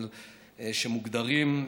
אבל שמוגדרים,